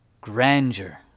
grandeur